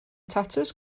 tatws